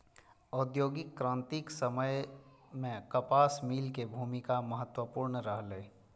औद्योगिक क्रांतिक समय मे कपास मिल के भूमिका महत्वपूर्ण रहलै